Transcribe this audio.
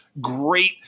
great